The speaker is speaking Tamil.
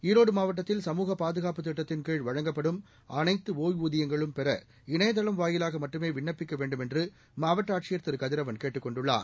ஈரோடு மாவட்டத்தில் சமூக பாதுகாப்பு திட்டத்தின் கீழ் வழங்கப்படும் அனைத்து ஒய்வூதியங்களும் பெற இணையதளம் வாயிலாக மட்டுமே விண்ணப்பிக்க வேண்டுமென்று மாவட்ட ஆட்சியர் திரு கதிரவன் கேட்டுக் கொண்டுள்ளார்